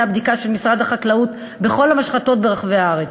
בדיקה של משרד החקלאות בכל המשחטות ברחבי הארץ.